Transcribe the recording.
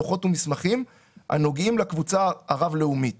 דוחות ומסמכים הנוגעים לקבוצה הרב לאומית